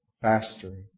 faster